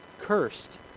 Cursed